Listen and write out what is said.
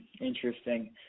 Interesting